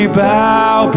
bow